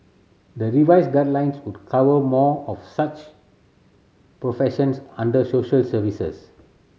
the revised guidelines would cover more of such professions under social services